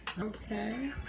okay